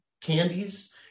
candies